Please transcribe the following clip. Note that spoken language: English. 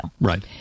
Right